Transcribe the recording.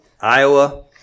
Iowa